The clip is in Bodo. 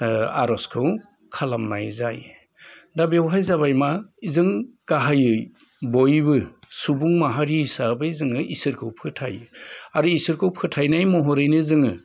ओ आर'जखौ खालामनाय जायो दा बेवहाय जाबायमा जों गाहायै बयबो सुबुं माहारि हिसाबै जोङो इसोरखौ फोथायो आरो इसोरखौ फोथायनाय महरैनो जोङो